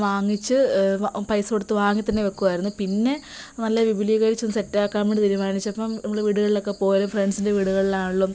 വാങ്ങിച്ച് പ പൈസ കൊടുത്ത് വാങ്ങിത്തന്നെ വെക്കുവായിരുന്നു പിന്നെ നല്ല വിപുലീകരിച്ച് സെറ്റാക്കാന് വേണ്ടി തീരുമാനിച്ചപ്പം നമ്മള് വീടുകളിലൊക്കെ പോവലും ഫ്രണ്ട്സിൻ്റെ വീടുകളിലാണെലും